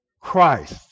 Christ